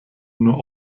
nur